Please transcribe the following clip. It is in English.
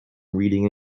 reading